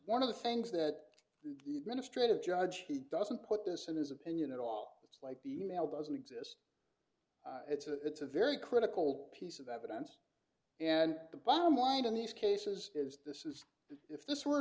one of the things that the administrative judge he doesn't put this in his opinion at all it's like the mail doesn't exist it's a it's a very critical piece of evidence and the bottom line in these cases is this is if this were